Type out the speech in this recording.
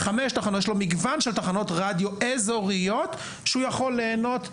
יש לו מגוון של תחנות רדיו אזוריות שהוא יכול ליהנות,